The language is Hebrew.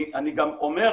אני גם אומר,